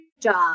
job